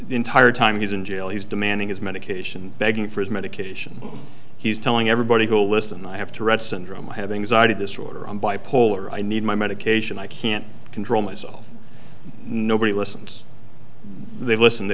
the entire time he's in jail he's demanding his medication begging for his medication he's telling everybody who will listen i have to read syndrome having resided this order i'm bipolar i need my medication i can't control myself nobody listens they listen they